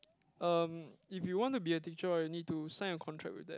um if you want to be a teacher right you need to sign a contract with them